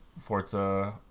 forza